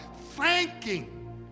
thanking